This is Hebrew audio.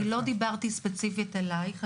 אני לא דיברתי ספציפית עלייך.